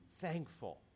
thankful